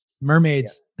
mermaids